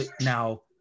now